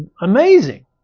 amazing